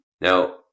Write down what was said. now